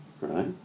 right